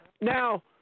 Now